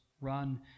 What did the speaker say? run